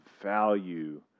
value